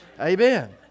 Amen